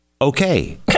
okay